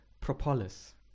propolis